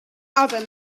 other